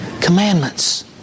commandments